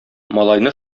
малайны